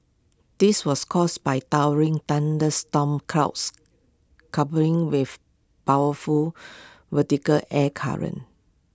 this was caused by towering thunderstorm clouds coupling with powerful vertical air currents